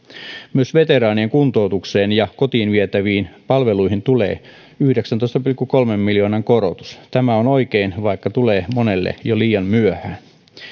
myös veteraanien kuntoutukseen ja kotiin vietäviin palveluihin tulee yhdeksäntoista pilkku kolmen miljoonan korotus tämä on oikein vaikka tulee monelle jo liian myöhään